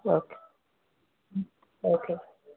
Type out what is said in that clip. okay okay